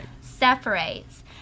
separates